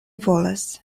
volas